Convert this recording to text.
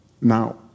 now